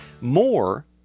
more